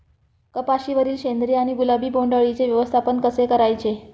कपाशिवरील शेंदरी किंवा गुलाबी बोंडअळीचे व्यवस्थापन कसे करायचे?